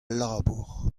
labour